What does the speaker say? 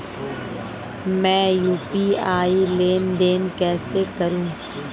मैं यू.पी.आई लेनदेन कैसे करूँ?